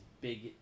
big